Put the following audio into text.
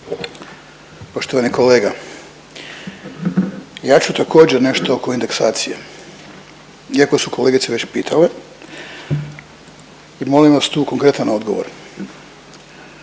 Poštovani kolega. Ja ću također, nešto oko indeksacije iako su kolegice već pitale i molim vas tu konkretan odgovor.